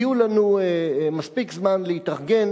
יהיה לנו מספיק זמן להתארגן,